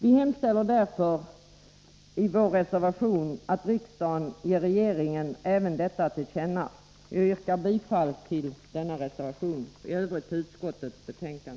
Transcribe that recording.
Vi hemställer därför i vår reservation att riksdagen ger regeringen även detta till känna. Jag yrkar bifall till vår reservation och i övrigt till utskottets hemställan.